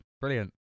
Brilliant